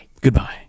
Goodbye